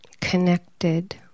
connected